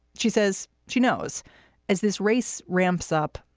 she says she knows as this race ramps up,